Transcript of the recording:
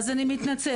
אני מתנצלת.